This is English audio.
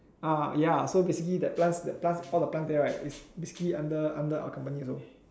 ah ya so basically the plants the plants all the plants there right is basically under under our company also